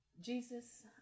Jesus